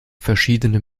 verschiedene